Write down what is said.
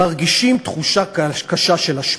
מרגישים תחושה קשה של השפלה.